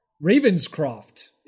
Ravenscroft